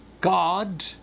God